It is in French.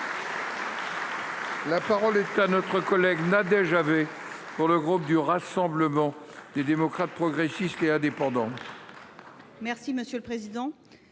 La parole est à Mme Nadège Havet, pour le groupe Rassemblement des démocrates, progressistes et indépendants.